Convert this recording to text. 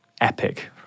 epic